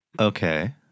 Okay